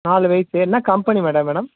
நாலு வயது என்ன கம்பெனி மேடம் வேணும்